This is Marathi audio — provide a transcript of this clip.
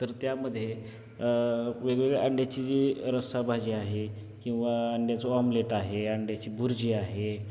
तर त्यामध्ये वेगवेगळ्या अंड्याची जी रस्साभाजी आहे किंवा अंड्याचं ऑमलेट आहे अंड्याची भुर्जी आहे